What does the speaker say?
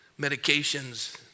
medications